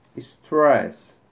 stress